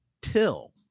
Till